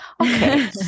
Okay